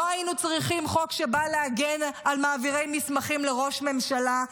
לא היינו צריכים חוק שבא להגן על מעבירי מסמכים לראש ממשלה,